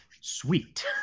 sweet